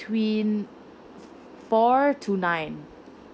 four to nine